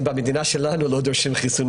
אם במדינה שלנו לא דורשים מהם חיסון,